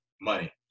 money